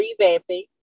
revamping